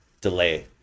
delay